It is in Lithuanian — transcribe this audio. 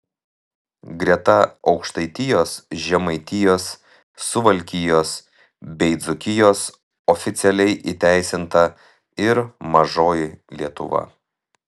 greta aukštaitijos žemaitijos suvalkijos bei dzūkijos oficialiai įteisinta ir mažoji lietuva